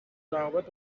روابط